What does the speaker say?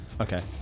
Okay